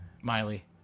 Miley